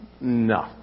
No